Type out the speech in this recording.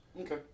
Okay